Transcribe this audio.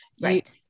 right